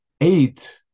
Eight